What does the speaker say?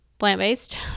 plant-based